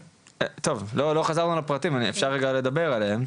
טוב, לא חזרנו על הפרטים, אפשר רגע לדבר עליהם.